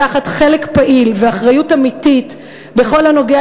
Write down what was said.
לקחת חלק פעיל ואחריות אמיתית בכל הנוגע